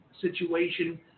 situation